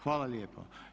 Hvala lijepo.